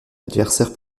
adversaire